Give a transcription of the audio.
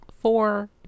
four